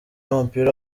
w’umupira